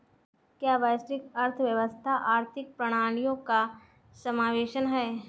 क्या वैश्विक अर्थव्यवस्था आर्थिक प्रणालियों का समावेशन है?